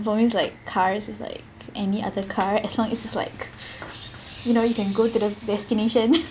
for me it's like cars is like any other car as long as it's like you know you can go to the destination